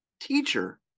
teacher